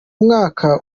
mwaka